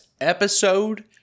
episode